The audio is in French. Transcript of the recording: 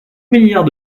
milliards